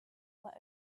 were